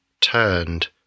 turned